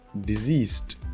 diseased